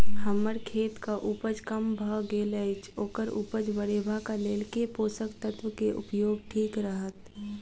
हम्मर खेतक उपज कम भऽ गेल अछि ओकर उपज बढ़ेबाक लेल केँ पोसक तत्व केँ उपयोग ठीक रहत?